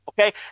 Okay